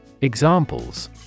Examples